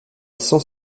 cent